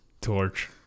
torch